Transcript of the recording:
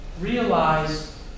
Realize